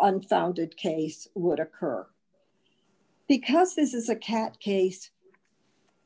unfounded case would occur because this is a cat case